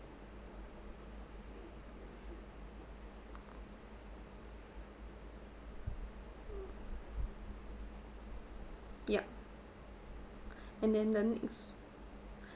yup and then the next